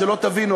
שלא תבינו,